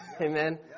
Amen